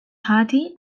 ħati